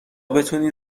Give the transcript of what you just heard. بتونی